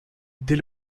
dès